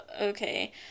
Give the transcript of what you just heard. okay